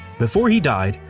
before he died,